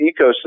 ecosystem